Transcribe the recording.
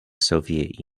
soviet